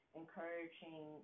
encouraging